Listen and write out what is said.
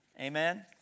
Amen